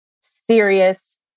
serious